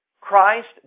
Christ